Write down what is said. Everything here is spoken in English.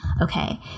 okay